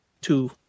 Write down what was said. two